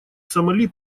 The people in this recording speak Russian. сомали